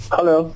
Hello